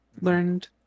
learned